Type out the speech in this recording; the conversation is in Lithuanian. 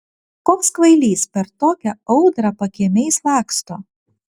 koks kvailys per tokią audrą pakiemiais laksto